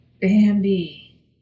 Bambi